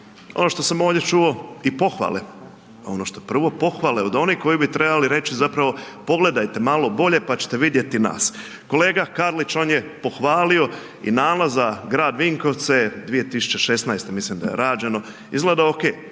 Ono što sam ovdje čuo i pohvale, ono što prvo pohvale od onih koji bi trebali reći zapravo, pogledajte malo bolje, pa ćete vidjeti nas. Kolega Karlić, on je pohvali i nalaz za grad Vinkovce 2016., mislim da je rađeno, izgleda ok,